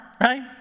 right